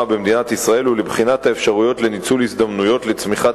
במדינת ישראל ולבחינת האפשרויות לניצול הזדמנויות לצמיחת